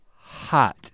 hot